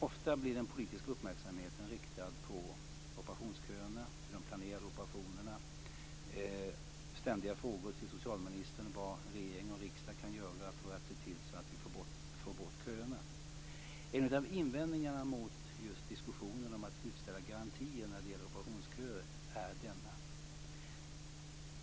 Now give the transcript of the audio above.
Ofta blir den politiska uppmärksamheten riktad på operationsköerna och de planerade operationerna och på ständiga frågor till socialministern vad regering och riksdag kan göra för att se till att vi får bort köerna. En av invändningarna mot just diskussionen om att utställa garantier när det gäller operationsköer är denna.